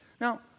Now